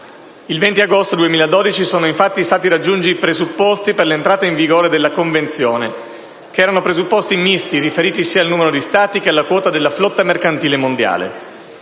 Il 20 agosto 2012 sono stati infatti raggiunti i presupposti per l'entrata in vigore della Convenzione, che erano presupposti «misti», ossia riferiti sia al numero di Stati che alla quota della flotta mercantile mondiale.